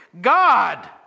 God